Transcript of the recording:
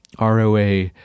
ROA